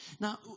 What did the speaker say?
Now